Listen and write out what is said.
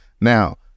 Now